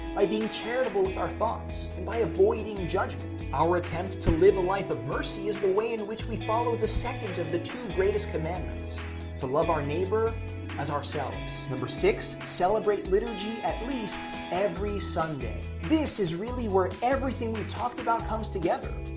by being charitable with our thoughts, by avoiding judgment. our attempt to live a life of mercy is the way in which we follow the second of the two greatest commandments to love our neighbor as ourselves. six. celebrate liturgy at least every sunday this is really where everything we've talked about comes together.